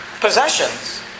Possessions